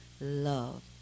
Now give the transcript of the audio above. love